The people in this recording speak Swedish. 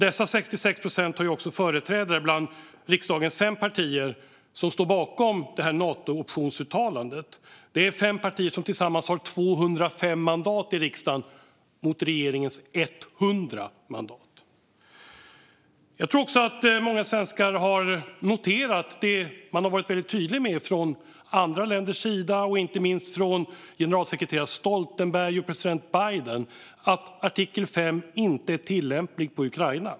Dessa 66 procent har också företrädare bland riksdagens fem partier som står bakom Nato-optionsuttalandet. Dessa fem partier har tillsammans 205 mandat i riksdagen - mot regeringens 100 mandat. Jag tror också att många svenskar har noterat det andra länder varit tydliga med och inte minst generalsekreterare Stoltenberg och president Biden: Artikel 5 är inte tillämplig på Ukraina.